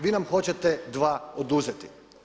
Vi nam hoćete dva oduzeti.